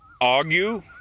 argue